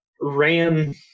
ran